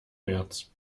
märz